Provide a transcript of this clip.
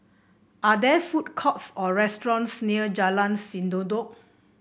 are there food courts or restaurants near Jalan Sendudok